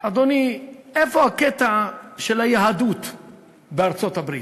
אדוני, איפה הקטע של היהדות בארצות-הברית?